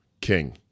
king